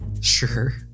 Sure